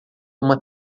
uma